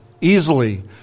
Easily